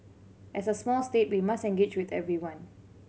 as a small state we must engage with everyone